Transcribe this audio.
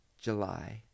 July